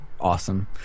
awesome